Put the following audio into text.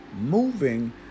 moving